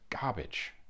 garbage